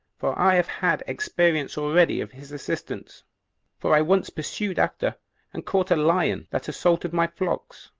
for i have had experience already of his assistance for i once pursued after and caught a lion that assaulted my flocks,